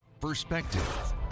perspective